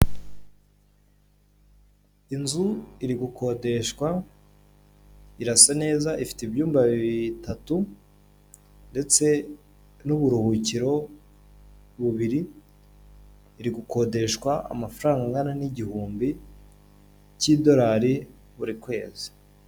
Inzu iri gukodeshwa, irasa neza ifite ibyumba bitatu ndetse n'uburuhukiro bubiri, iri gukodeshwa amafaranga angana n'igihumbi cy'idorari buri kwezi.